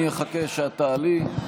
אני אחכה שאת תעלי.